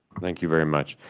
thank you very much.